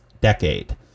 decade